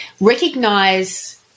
recognize